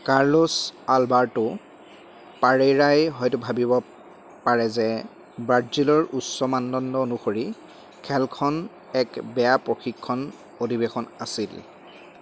Carlos Alberto পাৰেইৰাই হয়তো ভাবিব পাৰে যে ব্ৰাজিলৰ উচ্চ মানদণ্ড অনুসৰি খেলখন এক বেয়া প্ৰশিক্ষণ অধিৱেশন আছিল